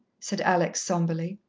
said alex sombrely.